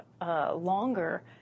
longer